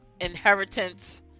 inheritance